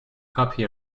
copy